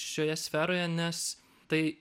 šioje sferoje nes tai